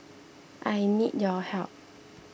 I need your help